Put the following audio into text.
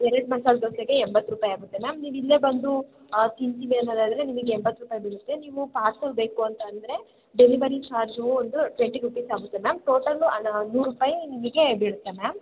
ಎರಡು ಮಸಾಲೆ ದೋಸೆಗೆ ಎಂಬತ್ತು ರೂಪಾಯಿಯಾಗುತ್ತೆ ಮ್ಯಾಮ್ ನೀವು ಇಲ್ಲೇ ಬಂದು ತಿಂತೀವಿ ಅನ್ನೋದಾದರೆ ನಿಮಿಗೆ ಎಂಬತ್ತು ರೂಪಾಯಿ ಬೀಳುತ್ತೆ ನೀವು ಪಾರ್ಸೆಲ್ ಬೇಕು ಅಂತ ಅಂದರೆ ಡೆಲಿವರಿ ಚಾರ್ಜು ಒಂದು ಟ್ವೆಂಟಿ ರುಪೀಸ್ ಆಗುತ್ತೆ ಮ್ಯಾಮ್ ಟೋಟಲು ಹಣ ನೂರು ರೂಪಾಯಿ ನಿಮಗೆ ಬೀಳುತ್ತೆ ಮ್ಯಾಮ್